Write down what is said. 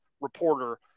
reporter